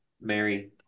Mary